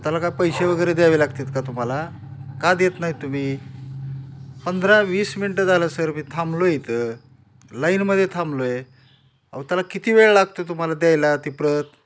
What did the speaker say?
त्याला काय पैसे वगैरे द्यावे लागतात का तुम्हाला का देत नाहीत तुम्ही पंधरा वीस मिनटं झालं सर मी थांबलो आहे इथं लाईनमध्ये थांबलो आहे अहो त्याला किती वेळ लागतो तुम्हाला द्यायला ती प्रत